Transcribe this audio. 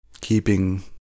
keeping